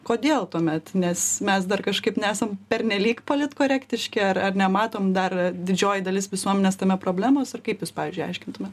kodėl tuomet nes mes dar kažkaip nesam pernelyg politkorektiški ar ar nematom dar didžioji dalis visuomenės tame problemos ar kaip jūs pavyzdžiui aiškintumėt